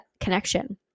connection